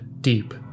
deep